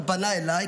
הוא פנה אליי,